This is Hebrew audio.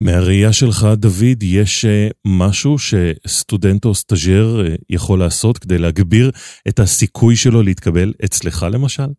מהראייה שלך דוד, יש משהו שסטודנט או סטג'ר יכול לעשות כדי להגביר את הסיכוי שלו להתקבל אצלך למשל?